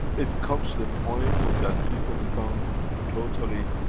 it comes to the point that people become totally